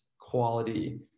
quality